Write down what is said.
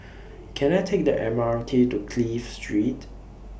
Can I Take The M R T to Clive Street